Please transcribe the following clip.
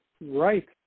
right